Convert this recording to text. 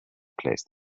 placed